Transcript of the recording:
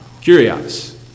Curious